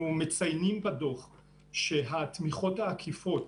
ה-OECD.) אנחנו מציינים בדוח שהתמיכות העקיפות